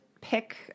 pick